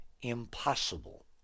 impossible